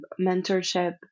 mentorship